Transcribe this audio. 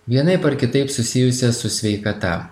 vienaip ar kitaip susijusias su sveikata